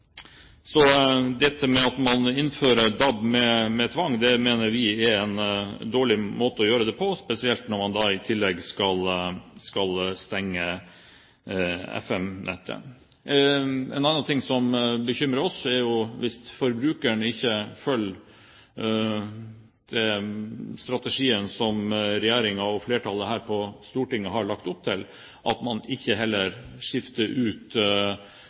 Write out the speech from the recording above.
Så det at man innfører DAB med tvang, mener vi er en dårlig måte å gjøre det på, spesielt når man i tillegg skal stenge FM-nettet. En annen ting som bekymrer oss, er – hvis forbrukeren ikke følger den strategien som regjeringen og flertallet her på Stortinget har lagt opp til – at man heller ikke skifter ut